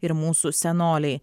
ir mūsų senoliai